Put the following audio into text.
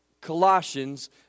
Colossians